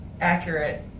accurate